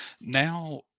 now